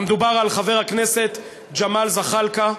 מדובר על חבר הכנסת ג'מאל זחאלקה.